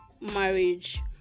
marriage